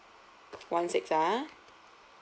one six ah